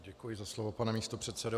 Děkuji za slovo, pane místopředsedo.